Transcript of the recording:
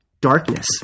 darkness